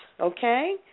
Okay